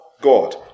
God